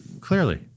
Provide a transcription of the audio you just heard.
Clearly